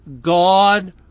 God